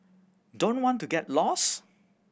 don't want to get lost